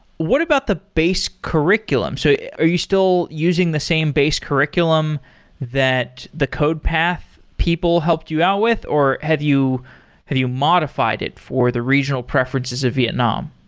what about the base curriculum? so are you still using the same base curriculum that the codepath people helped you out with or have you have you modified it for the regional preferences of vietnam?